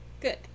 Good